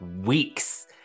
weeks